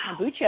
kombucha